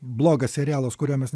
blogas serialas kurio mes